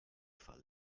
fall